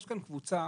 יש כאן קבוצה